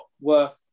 worth